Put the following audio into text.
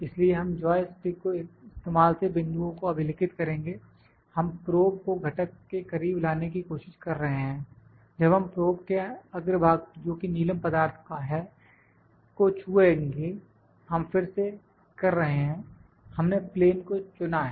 इसलिए हम joystick के इस्तेमाल से बिंदुओं को अभिलिखित करेंगे हम प्रोब को घटक के करीब लाने की कोशिश कर रहे हैं जब हम प्रोब के अग्रभाग जोकि नीलम पदार्थ का है को छूएंगे हम फिर से कर रहे हैं हमने प्लेन को चुना है